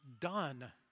done